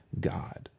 God